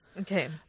okay